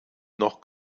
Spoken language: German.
noch